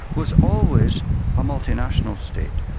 was always a multinational state.